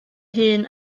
hun